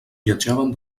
viatjaven